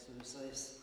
su visais